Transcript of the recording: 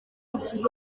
igihe